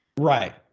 Right